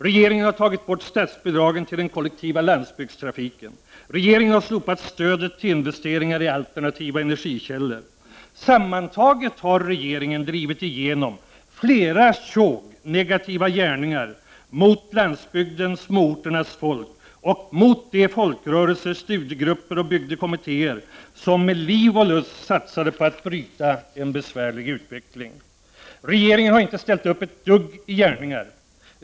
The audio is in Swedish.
Regeringen har tagit bort statsbidragen till den kollektiva landsbygdstrafiken. Stödet till investeringar i alternativa energikällor har slopats. Sammantaget har regeringen drivit igenom flera tjog negativa gärningar mot landsbygdens och småorternas folk och mot de folkrörelser, studiegrupper och bygdekommittéer som med liv och lust satsade på att bryta en besvärlig utveckling. Regeringen har inte alls ställt upp i gärningar.